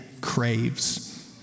craves